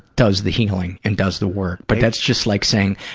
does the healing and does the work, but that's just like saying,